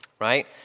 right